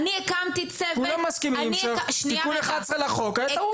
כולם מסכימים שתיקון 11 לחוק היה טעות.